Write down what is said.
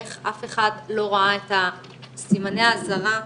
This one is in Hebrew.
איך אף אחד לא ראה את סימני האזהרה,